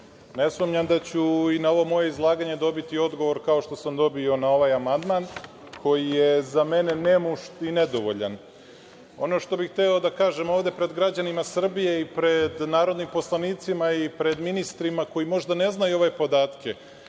ne sumnjam da ću i na ovo moje izlaganje dobiti odgovor kao što sam dobio na ovaj amandman koji je za mene nemušt i nedovoljan. Ono što bih hteo da kažem ovde pred građanima Srbije i pred narodnim poslanicima i pred ministrima koji možda ne znaju ove podatke,